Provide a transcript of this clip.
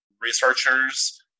researchers